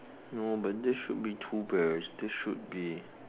no but there should be two bears there should be